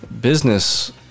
business